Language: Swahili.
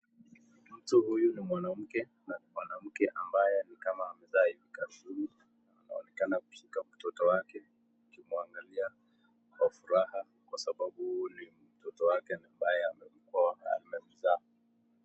Huyu ni mwanamke na mwanamke ambaye ni kama mzazi. Anaonekana kushika mtoto wake akimwangalia kwa furaha kwa sababu ni mtoto wake ambaye amemzaa.